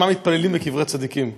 מה מתפללים בקברי צדיקים,